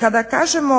Kada kažemo